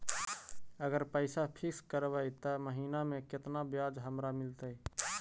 अगर पैसा फिक्स करबै त महिना मे केतना ब्याज हमरा मिलतै?